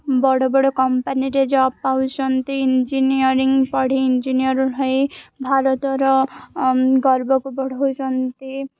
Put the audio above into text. ବଡ଼ ବଡ଼ କମ୍ପାନୀରେ ଜବ୍ ପାଉଛନ୍ତି ଇଞ୍ଜିନିୟରିଂ ପଢ଼ି ଇଞ୍ଜିନିୟର ହେଇ ଭାରତର ଗର୍ବକୁ ବଢ଼ଉଛନ୍ତି